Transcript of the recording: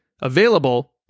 available